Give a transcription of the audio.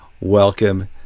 Welcome